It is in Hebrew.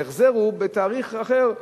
ההחזר הוא בתאריך אחר.